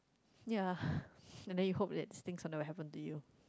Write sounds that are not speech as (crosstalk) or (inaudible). ya (breath) and then you hope that's thing something will happen to you